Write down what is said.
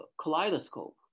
kaleidoscope